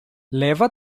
leva